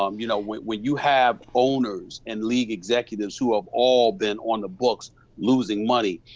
um you know, when when you have owners and league executives who have all been on the books loosing money,